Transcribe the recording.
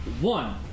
One